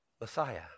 Messiah